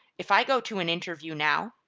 if i go to an interview now,